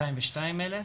202,000,